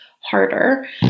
Harder